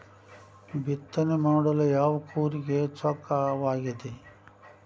ಬಿತ್ತನೆ ಮಾಡಲು ಯಾವ ಕೂರಿಗೆ ಚೊಕ್ಕವಾಗಿದೆ?